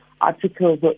articles